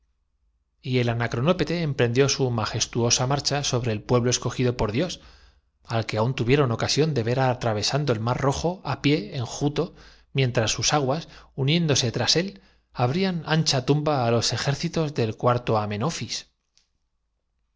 el anacronópete emprendió su majestuosa marcha sobre el pueblo escogido por dios al que aún tuvieron ocasión de ver atravesando el mar rojo á pié enjuto mientras sus aguas uniéndose tras él abrían ancha tumba á los ejércitos del cuarto